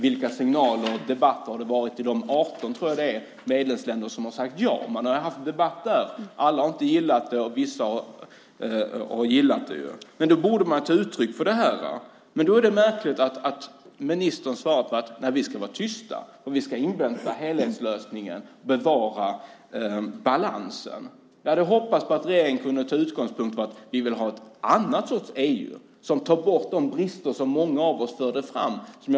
Vilka signaler och debatter har det varit i de 18 medlemsländer som har sagt ja? Man har haft debatter där. Alla har inte gillat detta, och vissa har gillat det. Man borde ge uttryck för det. Då är det märkligt att ministern svarar att vi ska vara tysta och invänta helhetslösningen och bevara balansen. Jag hade hoppats att regeringen kunde ta utgångspunkt i att vi vill ha en annan sorts EU där man tar bort de brister som många av oss förde fram.